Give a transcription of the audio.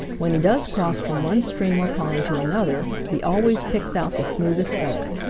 when he does cross from one stream or pond to another, he always picks out the smoothest going.